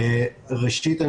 ראשית,